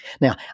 Now